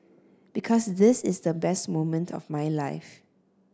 because this is the best moment of my life